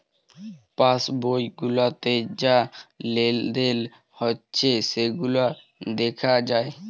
pass বই গুলাতে যা লেলদেল হচ্যে সেগুলা দ্যাখা যায়